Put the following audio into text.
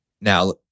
Now